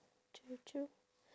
true true